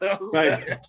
Right